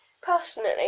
personally